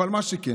אבל מה שכן,